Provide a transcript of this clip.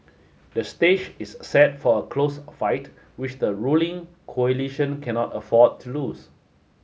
the stage is set for a close fight which the ruling coalition cannot afford to lose